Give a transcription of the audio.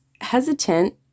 hesitant